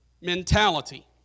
mentality